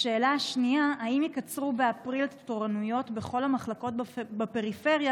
2. האם יקצרו באפריל את התורנויות בכל המחלקות בפריפריה,